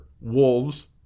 wolves